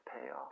payoff